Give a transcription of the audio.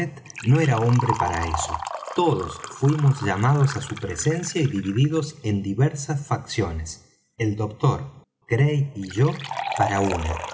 no era hombre para eso todos fuimos llamados á su presencia y divididos en diversas facciones el doctor gray y yo para una